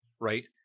Right